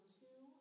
two